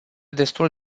destul